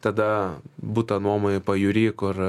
tada butą nuomoj pajūryje kur